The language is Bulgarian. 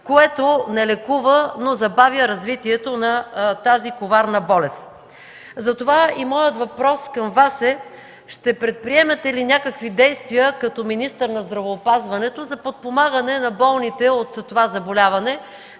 което не лекува, но забавя развитието на тази коварна болест. Затова и моят въпрос към Вас е: ще предприемете ли някакви действия като министър на здравеопазването за подпомагане на болните от това заболяване,